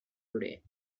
today